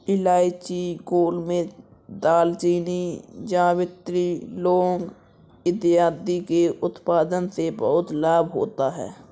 इलायची, गोलमिर्च, दालचीनी, जावित्री, लौंग इत्यादि के उत्पादन से बहुत लाभ होता है